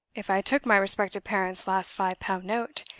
if i took my respected parent's last five-pound note,